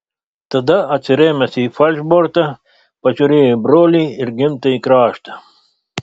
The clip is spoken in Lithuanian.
tada atsirėmęs į falšbortą pažiūrėjo į brolį ir gimtąjį kraštą